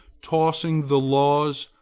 tossing the laws,